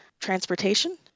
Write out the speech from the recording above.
transportation